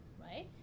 right